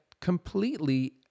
completely